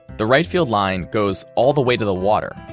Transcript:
the right field line goes all the way to the water,